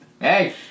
Hey